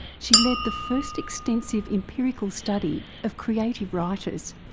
she led the first extensive empirical study of creative writers.